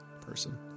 person